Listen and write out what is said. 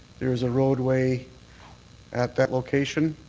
there is a roadway at that location.